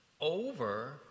over